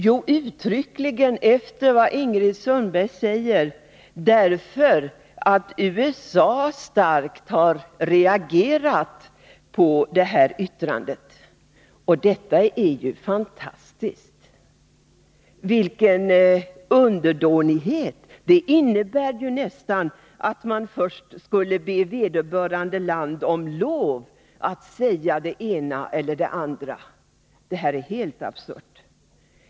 Jo, de gör det, enligt vad Ingrid Sundberg uttryckligen säger, därför att USA starkt har reagerat mot detta yttrande. Och det är ju fantastiskt. Vilken underdånighet! Det innebär nästan att man först skulle be vederbörande land om lov att säga det ena eller det andra. Det är helt absurt.